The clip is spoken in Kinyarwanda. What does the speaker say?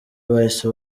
bahise